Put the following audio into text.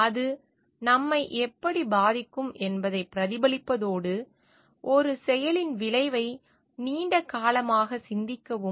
அது நம்மை எப்படிப் பாதிக்கும் என்பதைப் பிரதிபலிப்பதோடு ஒரு செயலின் விளைவை நீண்டகாலமாகச் சிந்திக்கவும்